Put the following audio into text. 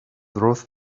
ruth